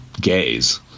gays